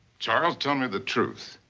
charles, tell me the truth.